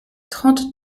trente